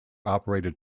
operated